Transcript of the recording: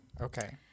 Okay